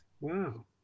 Wow